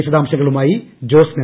വിശദാംശങ്ങളുമായി ജോസ്ന